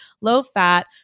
low-fat